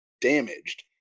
damaged